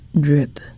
drip